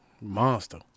monster